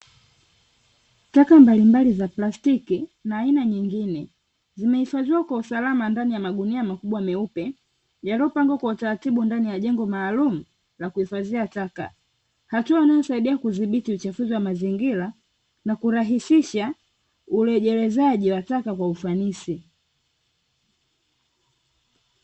Taka mbalimbali za plastiki na aina nyingine zimehifadhiwa kwa usalama ndani ya magunia makubwa meupe yaliyopangwa kwa utaratibu ndani ya jengo maalumu la kuhifadhia taka. Hatua inayosaidia kudhibiti uchafuzi wa mazingira na kurahisisha urejelezaji wa taka kwa ufanisi.